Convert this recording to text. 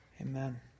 Amen